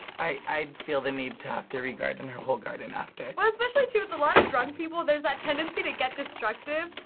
i'd feel the need to have to regarden her whole garden after. especially too, with a lot of drunk people, there's that tendency to get destructive,